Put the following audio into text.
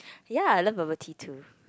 ya I love bubble tea too